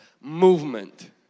movement